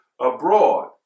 abroad